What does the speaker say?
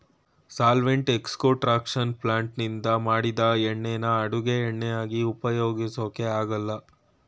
solvent extraction ಪ್ಲಾಂಟ್ನಿಂದ ಮಾಡಿದ್ ಎಣ್ಣೆನ ಅಡುಗೆ ಎಣ್ಣೆಯಾಗಿ ಉಪಯೋಗ್ಸಕೆ ಆಗಲ್ಲ